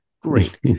Great